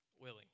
willing